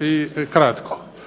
i kratko.